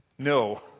No